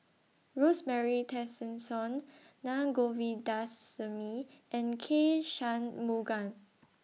Rosemary Tessensohn Na Govindasamy and K Shanmugam